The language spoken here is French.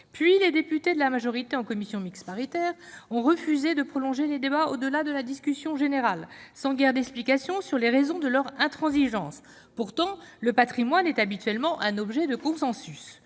les députés de la majorité ont refusé de prolonger les débats au-delà de la discussion générale, sans guère d'explications quant aux raisons de leur intransigeance. Pourtant, le patrimoine est habituellement un sujet de consensus.